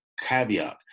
caveat